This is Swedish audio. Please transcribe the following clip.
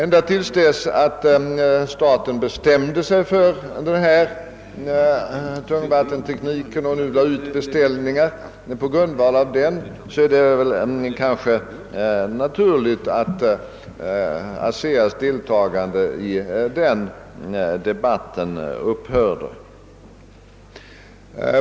När staten bestämde sig för tungvattentekniken och lade ut beställningar på grundval härav var det kanske naturligt att ASEA:s deltagande i den debatten upphörde.